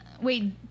wait